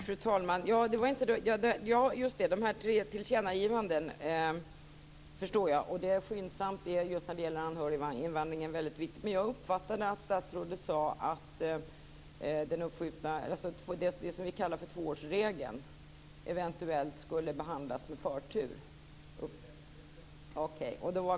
Fru talman! När det gäller de tre tillkännagivandena förstår jag statsrådet. Att det skall ske skyndsamt just när det gäller anhöriginvandringen är mycket viktigt. Jag uppfattade att statsrådet sade att det som vi kallar tvåårsregeln eventuellt skulle behandlas med förtur.